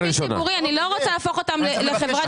אני לא רוצה להפוך אותם לחברת בילוש.